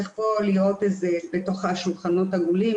בתוך השולחנות העגולים